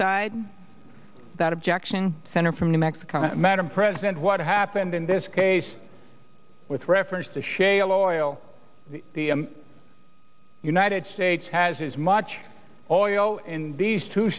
side that objection center from new mexico madam president what happened in this case with reference to shale oil the united states has as much oil in these two